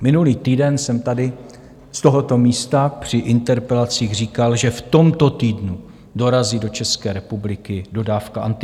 Minulý týden jsem tady z tohoto místa při interpelacích říkal, že v tomto týdnu dorazí do České republiky dodávka antibiotik.